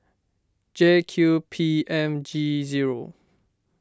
J Q P M G zero